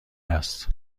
است